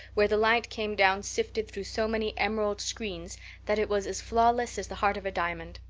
where the light came down sifted through so many emerald screens that it was as flawless as the heart of a diamond.